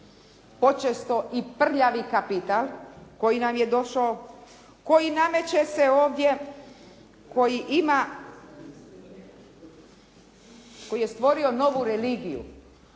počesto i prljavi kapital koji nam je došao, koji nameće se ovdje, koji ima, koji je stvorio novu religiju